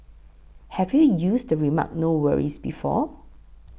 have you used the remark no worries before